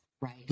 right